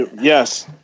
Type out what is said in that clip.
Yes